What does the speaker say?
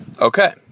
Okay